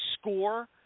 score